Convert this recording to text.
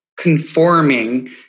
conforming